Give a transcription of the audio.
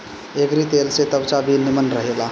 एकरी तेल से त्वचा भी निमन रहेला